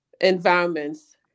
environments